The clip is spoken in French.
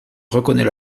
reconnaît